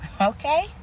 okay